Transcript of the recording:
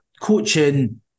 coaching